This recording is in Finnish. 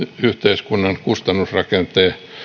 yhteiskunnan kustannusrakenne